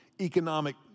economic